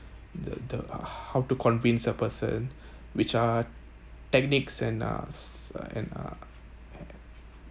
the the how to convince a person which are techniques and uh and uh